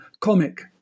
comic